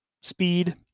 speed